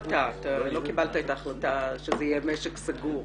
אתה קיבלת את ההחלטה שזה יהיה משק סגור